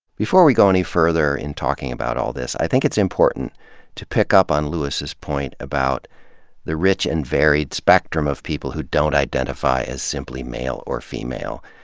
before we go any further in talking about all this, i think it's important to pick up on lewis's point about the rich and varied spectrum of people who don't identify as simply male or female,